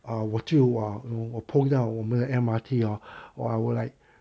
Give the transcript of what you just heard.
uh 我就 !wah! you know 我碰到我们的 M_R_T hor !wah! 我 like